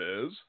says